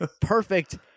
perfect